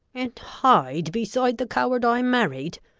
and hide beside the coward i married!